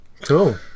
Cool